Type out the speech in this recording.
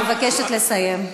אני מבקשת לסיים.